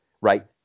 Right